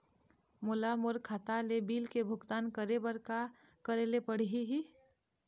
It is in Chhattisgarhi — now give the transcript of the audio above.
मोला मोर खाता ले बिल के भुगतान करे बर का करेले पड़ही ही?